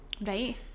Right